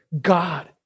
God